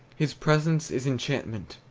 his presence is enchantment,